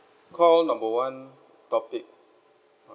call number one topic one